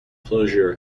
closure